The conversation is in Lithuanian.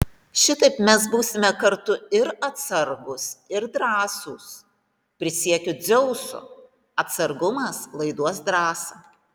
šitaip mes būsime kartu ir atsargūs ir drąsūs prisiekiu dzeusu atsargumas laiduos drąsą